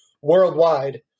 worldwide